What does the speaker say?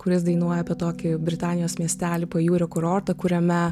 kuris dainuoja apie tokį britanijos miestelį pajūrio kurortą kuriame